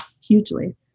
hugely